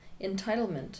entitlement